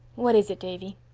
what is it, davy?